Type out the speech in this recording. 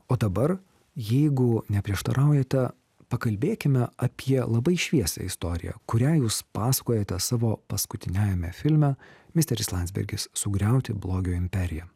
o dabar jeigu neprieštaraujate pakalbėkime apie labai šviesią istoriją kurią jūs pasakojate savo paskutiniajame filme misteris landsbergis sugriauti blogio imperiją